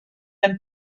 même